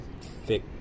thick